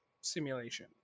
simulation